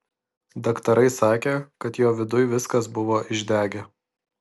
daktarai sakė kad jo viduj viskas buvo išdegę